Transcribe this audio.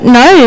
no